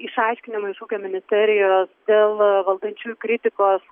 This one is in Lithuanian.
išaiškinimą iš ūkio ministerijos dėl valdančiųjų kritikos